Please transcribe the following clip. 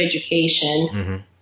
education